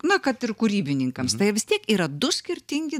na kad ir kūrybininkams tai vis tiek yra du skirtingi